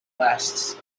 lasts